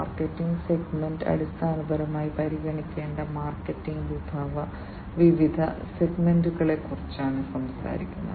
market segment അടിസ്ഥാനപരമായി പരിഗണിക്കേണ്ട മാർക്കറ്റിന്റെ വിവിധ സെഗ്മെന്റുകളെക്കുറിച്ചാണ് സംസാരിക്കുന്നത്